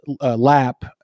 lap